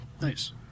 Nice